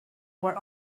were